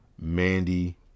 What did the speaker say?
Mandy